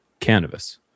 cannabis